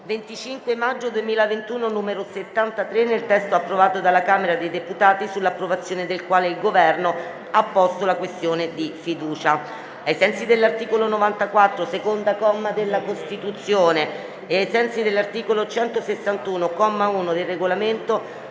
25 maggio 2021, n. 73, nel testo approvato dalla Camera dei deputati, sull'approvazione del quale il Governo ha posto la questione di fiducia. Ricordo che ai sensi dell'articolo 94, secondo comma, della Costituzione e ai sensi dell'articolo 161, comma 1, del Regolamento,